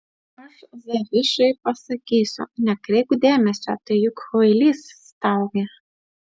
aš zavišai pasakysiu nekreipk dėmesio tai juk kvailys staugia